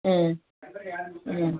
ஆ ஆ